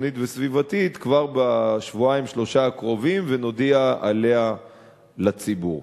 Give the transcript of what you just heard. ביטחונית וסביבתית כבר בשבועיים-שלושה הקרובים ונודיע עליה לציבור.